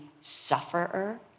sufferer